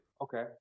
Okay